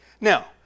Now